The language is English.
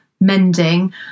mending